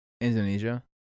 Indonesia